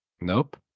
Nope